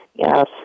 Yes